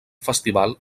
festival